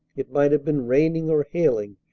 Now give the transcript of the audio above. it might have been raining or hailing,